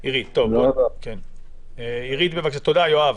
תודה, יואב.